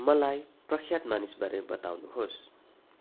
मलाई प्रख्यात मानिसबारे बताउनुहोस्